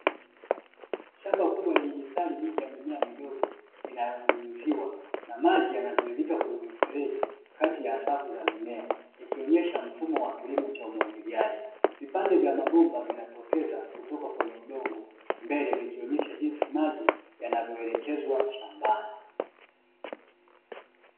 Shamba kubwa lenye mistari mingi ya mimea midogo inayonyunyiziwa na maji yanayotiririka kwenye mifereji, kati ya safu za mimea, ikionyesha mfumo wa kilimo cha umwagiliaji. Vipande vya mabomba vinatokeza kutoka kwenye udongo, mbele vikionyesha jinsi maji yanavyoelekezwa shambani.